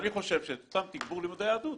אני חושב שתגבור לימודי יהדות